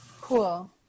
Cool